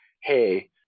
hey